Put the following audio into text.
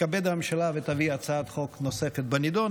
תתכבד הממשלה ותביא הצעת חוק נוספת בנדון.